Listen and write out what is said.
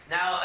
Now